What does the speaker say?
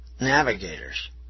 navigators